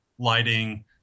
Lighting